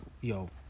yo